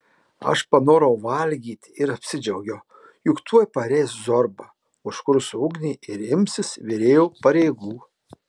aš panorau valgyti ir apsidžiaugiau juk tuoj pareis zorba užkurs ugnį ir imsis virėjo pareigų